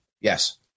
yes